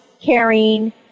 caring